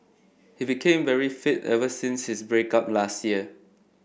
he became very fit ever since his break up last year